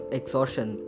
exhaustion